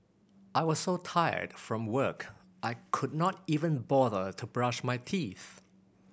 I was so tired from work I could not even bother to brush my teeth